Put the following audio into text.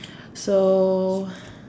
so